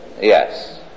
Yes